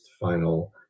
final